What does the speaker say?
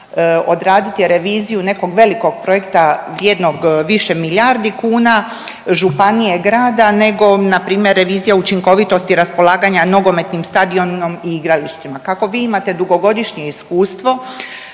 odraditi reviziju nekog velikog projekta vrijednog više milijardi kuna, županije, grada nego na primjer revizija učinkovitosti raspolaganja nogometnim stadionom i igralištima. Kako vi imate dugogodišnje iskustvo